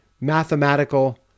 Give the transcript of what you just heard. mathematical